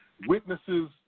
witnesses